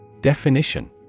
Definition